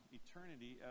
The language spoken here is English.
eternity